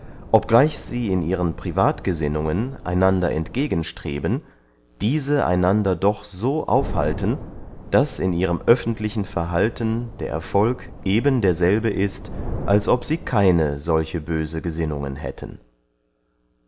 obgleich sie in ihren privatgesinnungen einander entgegen streben diese einander doch so aufhalten daß in ihrem öffentlichen verhalten der erfolg eben derselbe ist als ob sie keine solche böse gesinnungen hätten